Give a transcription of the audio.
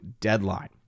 Deadline